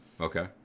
Okay